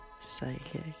psychic